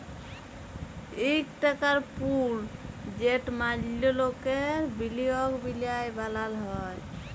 ইক টাকার পুল যেট ম্যালা লকের বিলিয়গ মিলায় বালাল হ্যয়